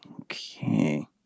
Okay